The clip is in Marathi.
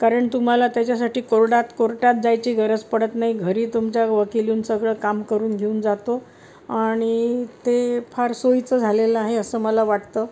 कारण तुम्हाला त्याच्यासाठी कोरडात कोर्टात जायची गरज पडत नाही घरी तुमच्या वकील येऊन सगळं काम करून घेऊन जातो आणि ते फार सोयीचं झालेलं आहे असं मला वाटतं